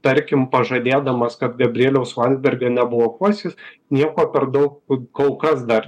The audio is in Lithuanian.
tarkim pažadėdamas kad gabrieliaus landsbergio neblokuos jis nieko per daug kol kas dar